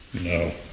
No